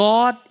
God